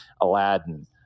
Aladdin